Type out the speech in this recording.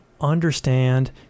understand